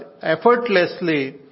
effortlessly